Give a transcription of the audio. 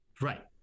Right